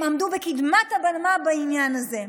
הם עמדו בקדמת הבמה בעניין הזה.